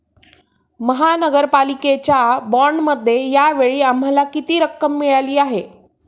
महापालिकेच्या बाँडमध्ये या वेळी आम्हाला किती रक्कम मिळाली आहे?